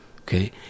okay